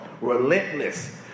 relentless